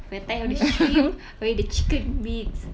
if I'm tired of the shrimp I'll eat the chicken bits